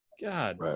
God